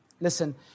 Listen